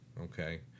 okay